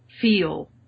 feel